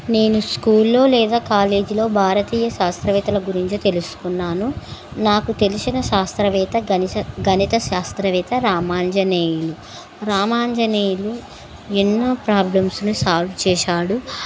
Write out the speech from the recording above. నేను స్కూల్లో లేదా కాలేజీలో భారతీయ శాస్త్రవేత్తల గురించి తెలుసుకున్నాను నాకు తెలిసిన శాస్త్రవేత్త గణిస గణిత శాస్త్రవేత్త రామాంజనేయులు రామాంజనేయులు ఎన్నో ప్రాబ్లమ్స్ని సాల్వ్ చేశాడు